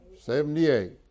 Seventy-eight